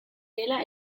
dela